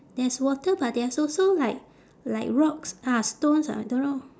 there's water but there's also like like rocks ah stones ah don't know